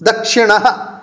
दक्षिणः